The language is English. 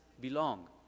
belong